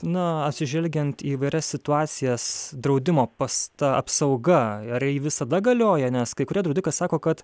na atsižvelgiant į įvairias situacijas draudimo pas ta apsauga ar ji visada galioja nes kai kurie draudikai sako kad